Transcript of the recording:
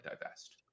divest